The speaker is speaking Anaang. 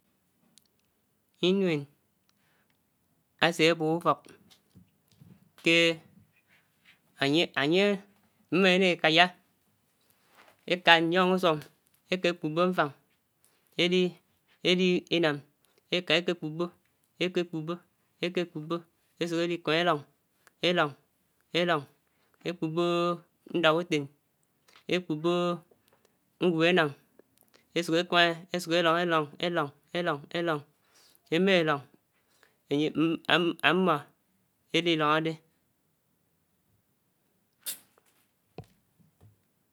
Inuèn ásè ábub ufók ké ányè ámmò ánè ékáyá ékà nyòng usung, éké kukpò mfàng édi, édinàm, èká èkè kukpò, èkèkujpó, èkèkujpó èsuk èdi dong, élóng, elóng, élóng, ékukpò ndàk utèn, ékukpo nwup énàng ésuk ékàmà ésuk élóng, élóng, élóng, élóng, élóng, émàlòng ènyè ámmò édi lòngò dè.